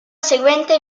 seguente